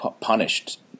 punished